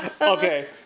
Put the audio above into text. Okay